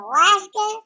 Alaska